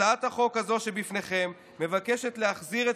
הצעת החוק הזו שבפניכם מבקשת להחזיר את